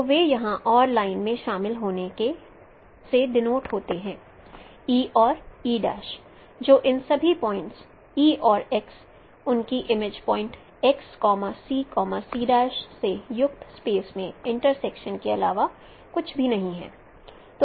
तो वे यहाँ और लाइन में शामिल होने से डेनोटेड होते हैं और जो इन सभी पॉइंट्स और उनकी इमेज पॉइंट्स से युक्त स्पेस के इंट्रसेक्शन के अलावा कुछ भी नहीं है